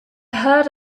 heard